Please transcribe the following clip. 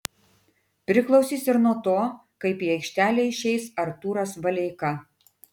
priklausys ir nuo to kaip į aikštelę išeis artūras valeika